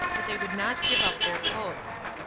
but they would not give up their posts.